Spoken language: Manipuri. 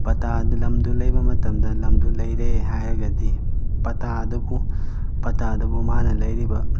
ꯄꯇꯥ ꯑꯗꯨ ꯂꯝꯗꯨ ꯂꯩꯕ ꯃꯇꯝꯗ ꯂꯝꯗꯨ ꯂꯩꯔꯦ ꯍꯥꯏꯔꯒꯗꯤ ꯄꯇꯥ ꯑꯗꯨꯕꯨ ꯄꯇꯥ ꯑꯗꯨꯕꯨ ꯃꯥꯅ ꯂꯩꯔꯤꯕ